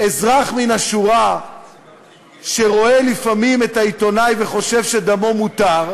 אזרח מן השורה שרואה לפעמים את העיתונאי וחושב שדמו מותר,